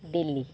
Delhi